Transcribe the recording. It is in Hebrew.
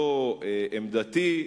זו עמדתי,